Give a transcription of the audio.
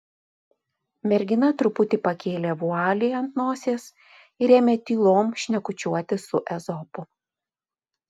mergina truputį pakėlė vualį ant nosies ir ėmė tylom šnekučiuoti su ezopu